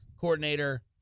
coordinator